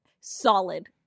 Solid